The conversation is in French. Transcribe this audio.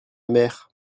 mère